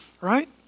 right